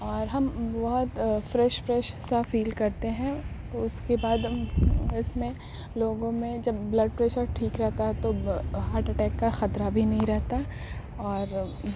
اور ہم بہت فریش فریش سا فیل کرتے ہیں اس کے بعد اس میں لوگوں میں جب بلڈ پریشر ٹھیک رہتا ہے تو ہارٹ اٹیک کا خطرہ بھی نہیں رہتا اور